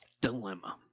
dilemma